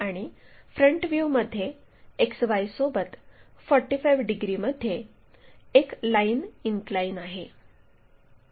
आणि फ्रंट व्ह्यूमध्ये XY सोबत 45 डिग्रीमध्ये एक लाईन इनक्लाइन आहे